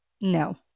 No